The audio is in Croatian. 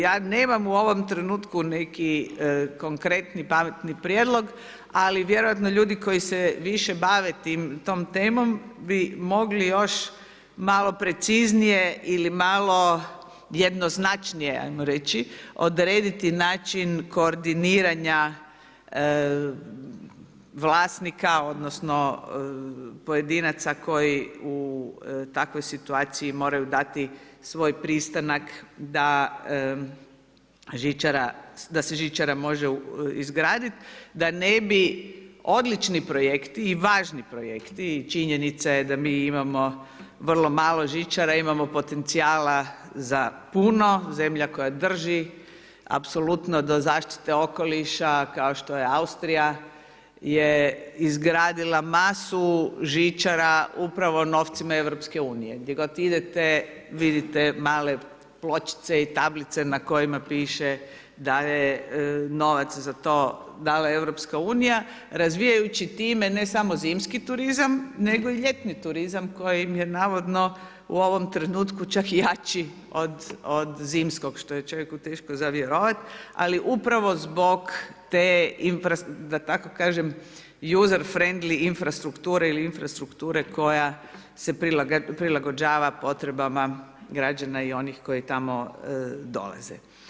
Ja nemam u ovom trenutku, neki, konkretni pametni prijedlog, ali vjerojatno ljudi koji se više bave tom temom bi mogli još malo preciznije ili malo jednoznačnije ajmo reći, odrediti način koordiniranja vlasnika, odnosno, pojedinaca koji u takvoj situaciji moraju dati svoj pristanak da se žičara može izgraditi da ne bi odlični projekti i važni projekti i činjenica je da mi imamo vrlo malo žičara, imamo potencijala za puno, zemlja koja drži apsolutno do zaštite okoliša kao što je Austrija je izgradila masu žičara upravo novcima EU, gdje god idete vidite male pločice i tablice na kojima piše da je novac za to dala EU, razvijajući time ne samo zimski turizam, nego i ljetni turizam koji im je navodno u ovom trenutku čak jači od zimskog, što je čovjeku teško za vjerovat, ali upravo zbog te user friendly infrastrukture ili infrastrukture koja se prilagođava potrebama građana i onih koji tamo dolaze.